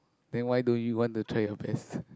then why don't you want to try your best